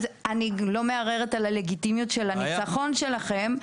אני לא מערערת על הלגיטימיות של הניצחון שלכם,